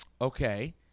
Okay